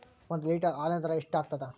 ಒಂದ್ ಲೀಟರ್ ಹಾಲಿನ ದರ ಎಷ್ಟ್ ಆಗತದ?